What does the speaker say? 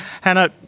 Hannah